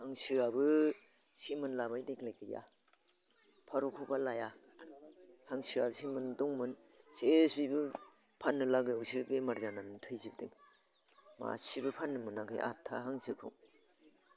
हांसोआबो सेमोन लाबाय देग्लाय गैया फारौखौबा लाया हांसोआ सेमोन दंमोन सेस बेबो फाननो लागायावसो बेमार जानानै थैजोबदों मासेबो फाननो मोनाखै आठथा हांसोखौ